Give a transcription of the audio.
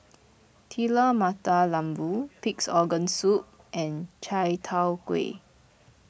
Telur Mata Lembu Pig's Organ Soup and Chai Tow Kuay